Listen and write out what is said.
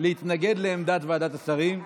להתנגד לעמדת ועדת השרים.